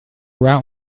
route